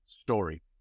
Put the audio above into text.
story